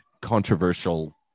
controversial